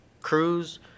cruise